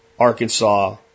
Arkansas